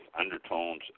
undertones